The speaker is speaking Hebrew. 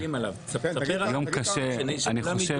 אני חושב